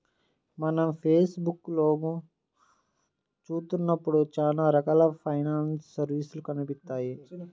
మనం ఫేస్ బుక్కులో చూత్తన్నప్పుడు చానా రకాల ఫైనాన్స్ సర్వీసులు కనిపిత్తాయి